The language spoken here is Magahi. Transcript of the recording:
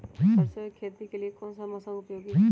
सरसो की खेती के लिए कौन सा मौसम उपयोगी है?